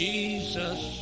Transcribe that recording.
Jesus